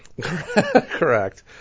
Correct